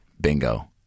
Bingo